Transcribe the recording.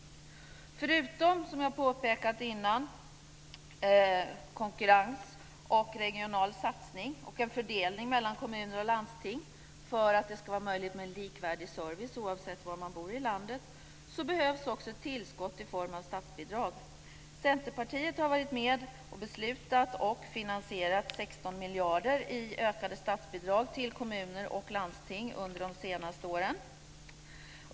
Förutom, som jag har påpekat innan, konkurrens, regional satsning och en fördelning mellan kommuner och landsting för att det ska vara möjligt med en likvärdig service oavsett var i landet man bor behövs också tillskott i form av statsbidrag. Centerpartiet har varit med och beslutat om och finansierat 16 miljarder i ökade statsbidrag till kommuner och landsting under de senaste åren.